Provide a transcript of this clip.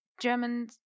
German